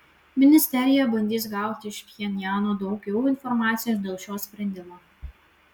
ministerija bandys gauti iš pchenjano daugiau informacijos dėl šio sprendimo